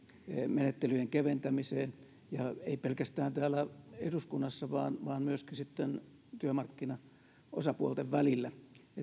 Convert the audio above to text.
menettelyjen keventämisestä ei pelkästään täällä eduskunnassa vaan vaan myöskin työmarkkinaosapuolten välillä